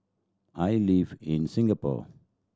I live in Singapore